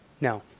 No